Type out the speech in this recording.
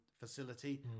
facility